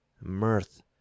mirth